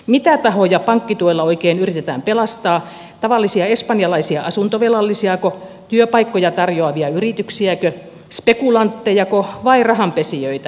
mitä tahoja pankkituella oikein yritetään pelastaa tavallisia espanjalaisia asuntovelallisiako työpaikkoja tarjoavia yrityksiäkö spekulanttejako vai rahanpesijöitä